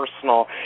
personal